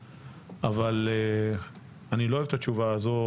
אבל אני לא אוהב את התשובה הזו,